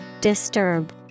Disturb